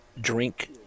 drink